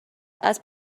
اسب